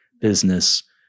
business